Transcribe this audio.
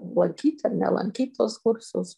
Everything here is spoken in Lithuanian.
lankyt ar nelankyt tuos kursus